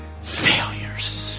failures